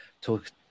talk